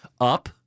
Up